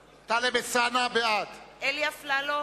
אלסאנע, בעד אלי אפללו,